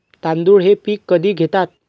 तांदूळ हे पीक कधी घेतात?